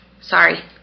Sorry